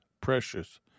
precious